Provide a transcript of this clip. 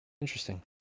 Interesting